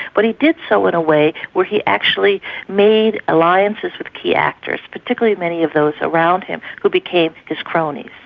but he did so in a way where he actually made alliances with key actors, particularly many of those around him who became his cronies.